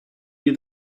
you